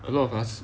a lot of us